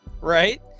right